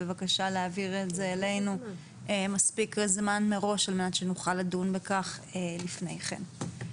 להעביר את זה אלינו מספיק בזמן מראש על-מנת שנוכל לדון בכך לפני כן.